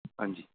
ਹਾਂਜੀ